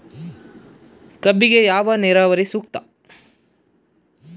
ಕಬ್ಬಿಗೆ ಯಾವ ನೇರಾವರಿ ಸೂಕ್ತ?